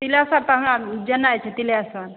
पिलेसर तऽ हमरा जेनाइ छै पिलेसर